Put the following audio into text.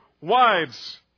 wives